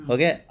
Okay